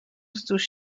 wzdłuż